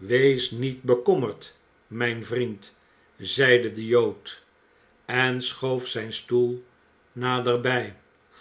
wees niet bekommerd mijn vriend zeide de jood en schoof zijn stoel naderbij